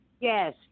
Yes